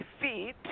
feet